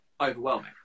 overwhelming